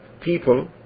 people